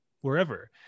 wherever